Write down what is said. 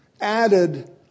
added